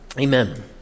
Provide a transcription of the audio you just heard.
Amen